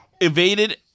evaded